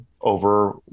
over